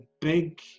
big